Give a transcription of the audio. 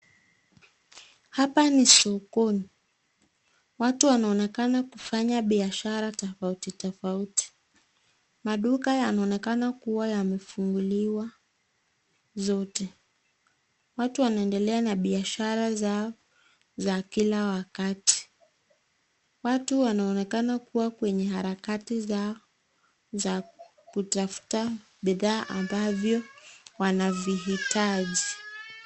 Hapa ni sokoni, panaonekana watu waki fanya biashara tofauti tofauti maduka yanaonekana kua yamefunguliwa zote, watu wanaendelea na biashara zao za kila wakati, watu wanaonekana kua kwenye harakati zao za kutafta bidhaa ambavyo wanavihitaji.